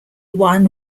wan